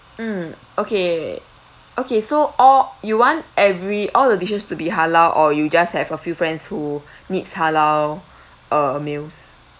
mm okay okay so all you want every all the dishes to be halal or you just have a few friends who needs halal uh meals